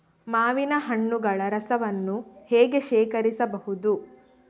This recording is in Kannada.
ಮಾವಿನ ಹಣ್ಣುಗಳ ರಸವನ್ನು ಹೇಗೆ ಶೇಖರಿಸಬಹುದು?